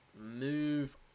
move